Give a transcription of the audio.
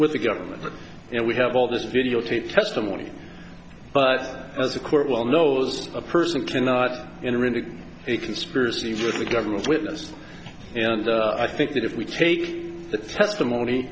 with the government you know we have all this videotape testimony but as the court well knows a person cannot enter into a conspiracy with a government witness and i think that if we take the testimony